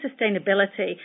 sustainability